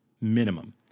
minimum